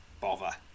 bother